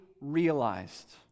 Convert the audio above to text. realized